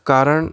कारण